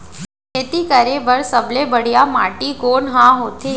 खेती करे बर सबले बढ़िया माटी कोन हा होथे?